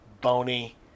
bony